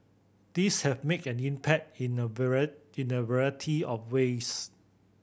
these have made an impact in a in a variety of ways